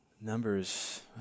Numbers